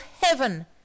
Heaven